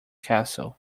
castle